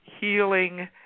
healing